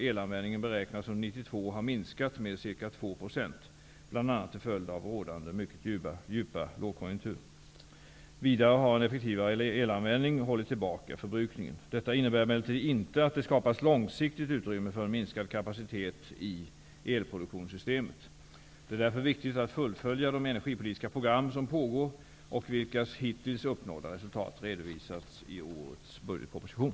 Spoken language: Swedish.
Elanvändningen beräknas under 1992 ha minskat med ca 2 %, bl.a. till följd av rådande mycket djupa lågkonjunktur. Vidare har en effektivare elanvändning hållit tillbaka förbrukningen. Detta innebär emellertid inte att det skapats långsiktigt utrymme för en minskad kapacitet i elproduktionssystemet. Det är därför viktigt att fullfölja de energipolitiska program som pågår och vilkas hittills uppnådda resultat redovisas i årets budgetproposition.